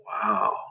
wow